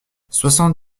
soixante